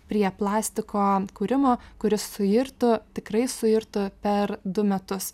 prie plastiko kūrimo kuris suirtų tikrai suirtų per du metus